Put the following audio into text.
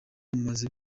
mubanze